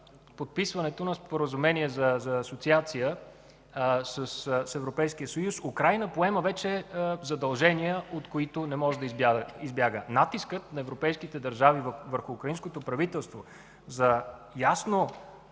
подписването на Споразумение за Асоциация с Европейския съюз Украйна поема вече задължения, от които не може да избяга. Натискът на европейските държави върху украинското правителство за ясно